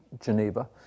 Geneva